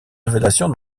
révélations